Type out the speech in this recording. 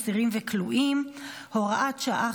אסירים וכלואים (הוראת שעה,